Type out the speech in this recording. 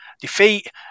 defeat